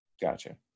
Gotcha